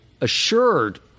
assured